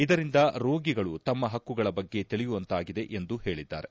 ಇದರಿಂದ ರೋಗಿಗಳು ತಮ್ನ ಹಕ್ಕುಗಳ ಬಗ್ಗೆ ತಿಳಿಯುವಂತಾಗಿದೆ ಎಂದು ಹೇಳಿದ್ದಾರೆ